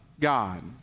God